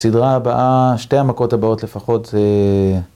סדרה הבאה, שתי המכות הבאות לפחות...